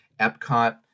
Epcot